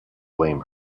blame